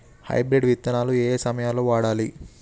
Hybrid విత్తనాలు ఏయే సమయాల్లో వాడాలి?